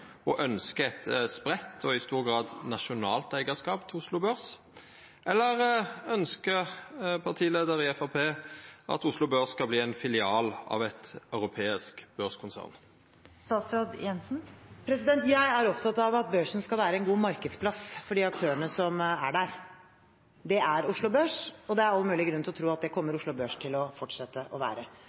og i stor grad nasjonal eigarskap til Oslo Børs? Eller ønskjer partileiaren i Framstegspartiet at Oslo Børs skal verta ein filial av eit europeisk børskonsern? Jeg er opptatt av at børsen skal være en god markedsplass for de aktørene som er der. Det er Oslo Børs, og det er all mulig grunn til å tro at det kommer Oslo Børs til å fortsette å være.